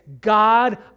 God